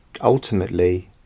ultimately